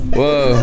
Whoa